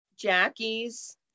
jackie's